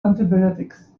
antibiotics